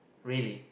really